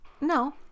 No